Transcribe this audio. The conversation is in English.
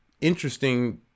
interesting